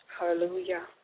Hallelujah